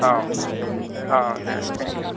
औ औ दे थेंक इउ